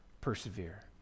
Persevere